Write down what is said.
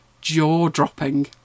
jaw-dropping